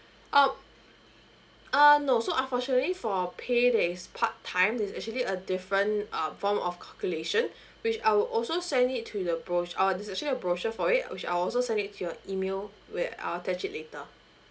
um uh no so unfortunately for pay that is part time this actually a different um form of calculation which I will also send it to you the bro~ uh there is actually a brochure for it which I'll also send it to your email where I'll attach it later